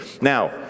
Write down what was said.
Now